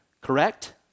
correct